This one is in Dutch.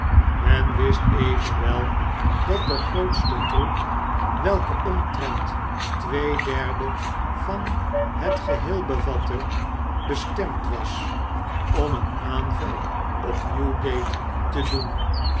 men wist evenwel dat de grootste troep welke omtrent twee derden van het geheel bevatte bestemd was om een aanval op newgate te doen